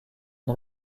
une